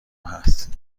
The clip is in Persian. هست